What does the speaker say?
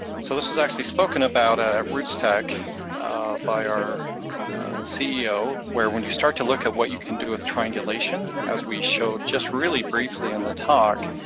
so this was actually spoken about ah at rootstech by our ceo, where when you start to look at what you can do with triangulation, as we showed just really briefly on the talk,